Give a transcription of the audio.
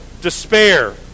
despair